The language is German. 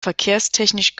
verkehrstechnisch